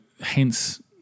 hence